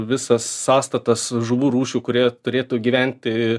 visas sąstatas žuvų rūšių kurie turėtų gyventi